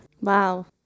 Wow